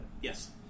Yes